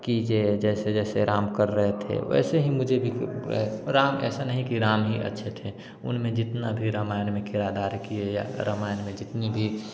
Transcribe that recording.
की जे जैसे जैसे राम कर रहे थे वैसे ही मुझे भी राम ऐसा नहीं की राम ही अच्छे थे उनमें जितना भी रामायण में किरदार किए या रामायण में जितनी भी